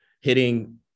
hitting